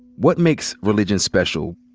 what makes religion special?